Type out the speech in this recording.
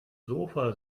sofa